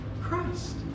Christ